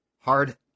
hard